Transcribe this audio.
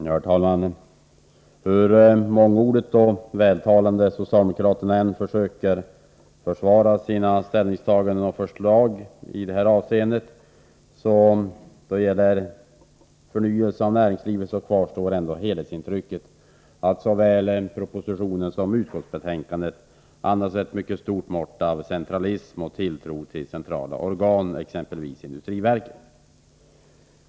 Herr talman! Hur mångordigt och vältalande socialdemokraterna än försöker försvara sina ställningstaganden och förslag då det gäller förnyelse av näringslivet, kvarstår helhetsintrycket. Såväl propositionen som utskottsbetänkandet andas ett stort mått av centralism och tilltro till centrala organ, exempelvis SIND.